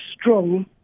strong